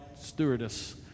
stewardess